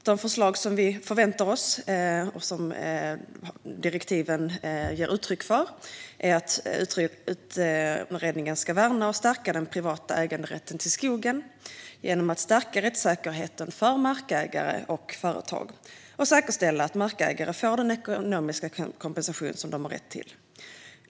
De förslag som vi förväntar oss, och som direktiven ger uttryck för, ska värna och stärka den privata äganderätten till skogen genom att stärka rättssäkerheten för markägare och företag och säkerställa att markägare får den ekonomiska kompensation de har rätt till.